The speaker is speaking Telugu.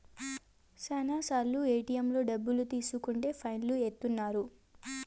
శ్యానా సార్లు ఏటిఎంలలో డబ్బులు తీసుకుంటే ఫైన్ లు ఏత్తన్నారు